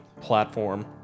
platform